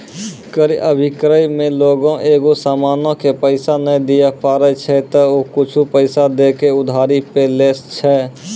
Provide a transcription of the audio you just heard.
क्रय अभिक्रय मे लोगें एगो समानो के पैसा नै दिये पारै छै त उ कुछु पैसा दै के उधारी पे लै छै